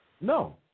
No